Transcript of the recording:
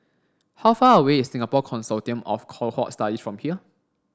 how far away is Singapore Consortium of Cohort Studies from here